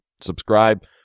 subscribe